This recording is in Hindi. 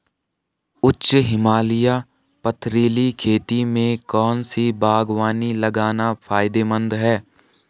उच्च हिमालयी पथरीली खेती में कौन सी बागवानी लगाना फायदेमंद है?